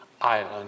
island